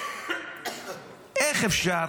איך אפשר